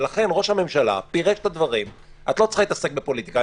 ולכן ראש הממשלה פירש את הדברים את לא צריכה להתעסק בפוליטיקה,